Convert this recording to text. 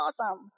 awesome